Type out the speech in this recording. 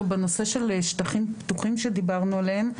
בנושא של שטחים פתוחים שדיברנו עליהם.